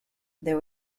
there